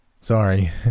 Sorry